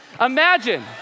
imagine